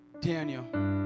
Daniel